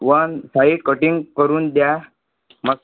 one side cutting करून द्या मस्त